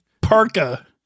parka